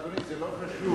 אדוני, זה לא חשוב.